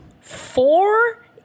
Four